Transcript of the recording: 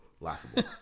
laughable